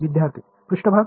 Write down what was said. विद्यार्थीः पृष्ठभाग